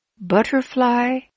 Butterfly